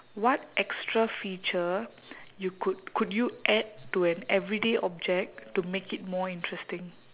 what extra feature you could could you add to an everyday object to make it more interesting